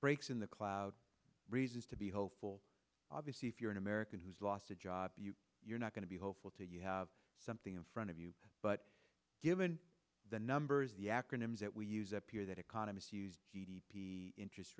breaks in the cloud reasons to be hopeful obviously if you're an american who's lost a job you're not going to be hopeful to you have something in front of you but given the numbers the acronyms that we use up here that economists use the interest